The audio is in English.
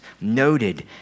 noted